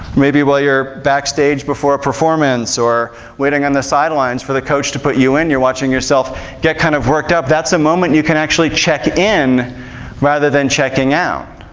maybe while you're backstage before a performance, or waiting on the sidelines for the coach to put you in, you're watching yourself get kind of worked up, that's a moment you can actually check in rather than checking out.